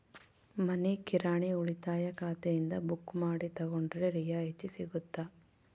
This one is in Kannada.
ಮನಿ ಕಿರಾಣಿ ಉಳಿತಾಯ ಖಾತೆಯಿಂದ ಬುಕ್ಕು ಮಾಡಿ ತಗೊಂಡರೆ ರಿಯಾಯಿತಿ ಸಿಗುತ್ತಾ?